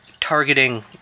targeting